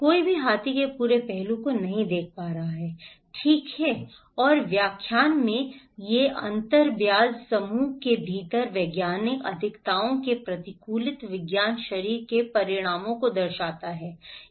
कोई भी हाथी के पूरे पहलू को नहीं देख रहा है ठीक है और व्याख्याओं में ये अंतर ब्याज समूह के भीतर वैज्ञानिक अधिवक्ताओं के प्रतिकूल विज्ञान शिविर के परिणामों को दर्शाता है